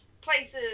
places